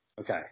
Okay